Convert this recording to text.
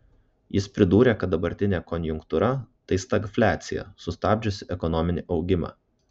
jis pridūrė kad dabartinė konjunktūra tai stagfliacija sustabdžiusi ekonominį augimą